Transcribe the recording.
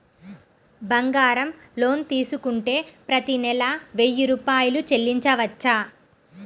బంగారం లోన్ తీసుకుంటే ప్రతి నెల వెయ్యి రూపాయలు చెల్లించవచ్చా?